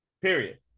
Period